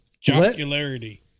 Jocularity